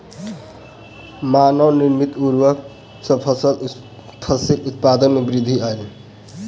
मानव निर्मित उर्वरक सॅ फसिल उत्पादन में वृद्धि आयल